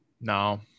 No